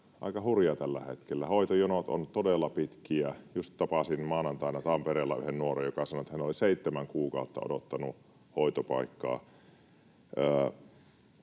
aika hurja tällä hetkellä. Hoitojonot ovat todella pitkiä. Just tapasin maanantaina Tampereella yhden nuoren, joka sanoi, että hän oli seitsemän kuukautta odottanut hoitopaikkaa.